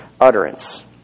utterance